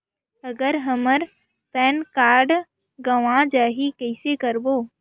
अगर हमर PAN card गवां जाही कइसे करबो?